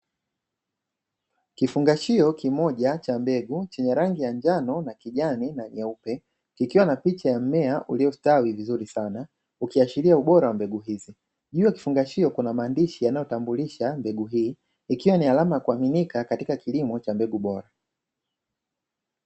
Kifungashio kimoja cha mbegu chenye rangi ya njano, na kijani na nyeupe, kikiwa na picha ya mmea uliostawi vizuri sana, ukiashiria ubora wa mbegu hizi. Juu ya kifungashio kuna maandishi yanayotambulisha mbegu hii, ikiwa ni alama ya kuaminika katika kilimo cha mbegu bora.